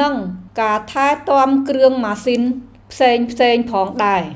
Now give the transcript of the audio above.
និងការថែទាំគ្រឿងម៉ាស៊ីនផ្សេងៗផងដែរ។